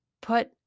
put